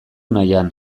nahian